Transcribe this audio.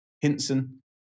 Hinson